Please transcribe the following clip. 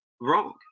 wrong